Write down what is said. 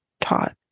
taught